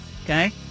Okay